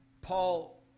Paul